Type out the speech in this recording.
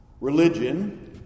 Religion